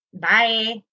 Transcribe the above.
bye